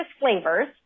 flavors